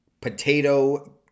potato